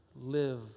live